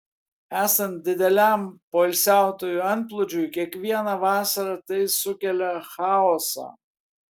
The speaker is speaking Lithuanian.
esant dideliam poilsiautojų antplūdžiui kiekvieną vasarą tai sukelia chaosą